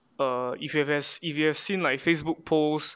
err if you have as if you've seen like facebook posts